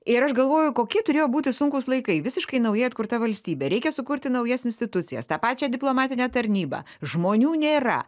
ir aš galvoju kokie turėjo būti sunkūs laikai visiškai naujai atkurta valstybė reikia sukurti naujas institucijas tą pačią diplomatinę tarnybą žmonių nėra